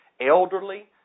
elderly